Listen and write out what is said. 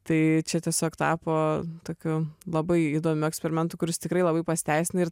tai čia tiesiog tapo tokiu labai įdomiu eksperimentu kuris tikrai labai pasiteisina ir